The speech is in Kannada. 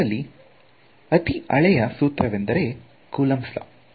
ಇದರಲ್ಲಿ ಅತಿ ಹಳೆಯ ಸೂತ್ರವೆಂದರೆ ಕುಲಾಂಬ್ಸ್ ಲಾ Coulombs Law